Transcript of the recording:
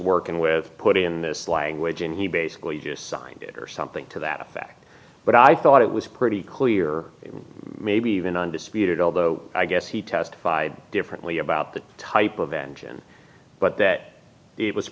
working with put in this language and he basically just signed it or something to that effect but i thought it was pretty clear maybe even undisputed although i guess he testified differently about that type of engine but that